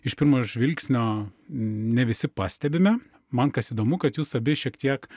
iš pirmo žvilgsnio ne visi pastebime man kas įdomu kad jūs abi šiek tiek